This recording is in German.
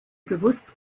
bewusst